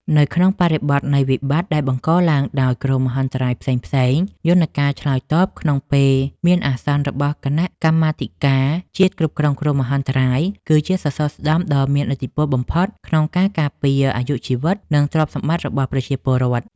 នៅក្នុងបរិបទនៃវិបត្តិដែលបង្កឡើងដោយគ្រោះមហន្តរាយផ្សេងៗ យន្តការឆ្លើយតបក្នុងពេលមានអាសន្នរបស់គណៈកម្មាធិការជាតិគ្រប់គ្រងគ្រោះមហន្តរាយ គឺជាសសរស្តម្ភដ៏មានឥទ្ធិពលបំផុតក្នុងការការពារអាយុជីវិត និងទ្រព្យសម្បត្តិរបស់ប្រជាពលរដ្ឋ។